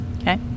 Okay